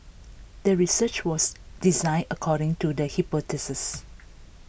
the research was designed according to the hypothesis